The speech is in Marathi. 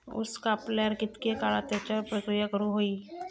ऊस कापल्यार कितके काळात त्याच्यार प्रक्रिया करू होई?